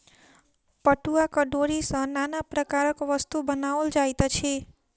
पटुआक डोरी सॅ नाना प्रकारक वस्तु बनाओल जाइत अछि